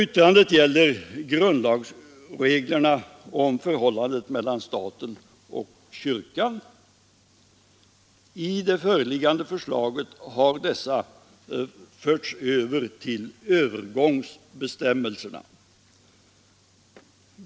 Yttrandet gäller grundlagsreglerna om förhållandet mellan staten och kyrkan. I det föreliggande förslaget har dessa förts över till övergångsbestämmelserna.